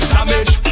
Damage